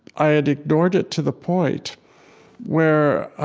i had ignored it to the point where ah